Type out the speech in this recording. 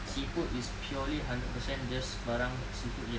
seafood is purely hundred percent just barang seafood jer